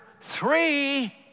three